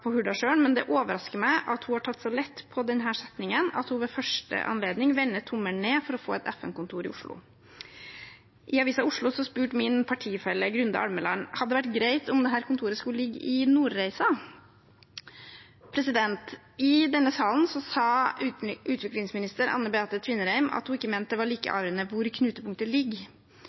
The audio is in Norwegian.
på Hurdalsjøen, men det overrasker meg at hun har tatt så lett på denne setningen at hun ved første anledning vender tommelen ned for å få et FN-kontor i Oslo. I Avisa Oslo spurte min partifelle Grunde Almeland: «Hadde det vært greit om kontoret skulle ligge i Nordreisa?» I denne salen sa utviklingsminister Anne Beathe Tvinnereim at hun ikke mente at det var like avgjørende hvor knutepunktet ligger.